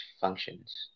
functions